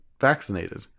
vaccinated